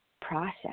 process